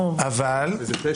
אבל --- איזה פשע...